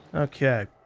okay.